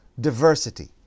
diversity